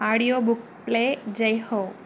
audio book play జై హో